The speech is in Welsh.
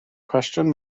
cwestiwn